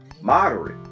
moderate